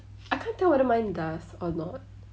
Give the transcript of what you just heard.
I can't really tell whether mine does or not